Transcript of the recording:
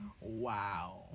Wow